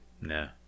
no